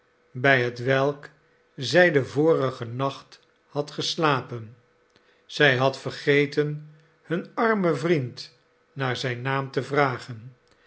bij hetwelk zij den vorigen nacht had geslapen zij had vergeten hun armen vriend naar zijn naam te vragen